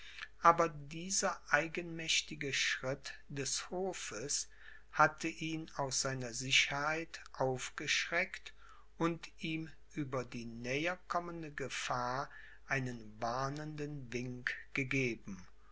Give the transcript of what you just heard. aber dieser eigenmächtige schritt des hofes hatte ihn aus seiner sicherheit aufgeschreckt und ihm über die näherkommende gefahr einen warnenden wink gegeben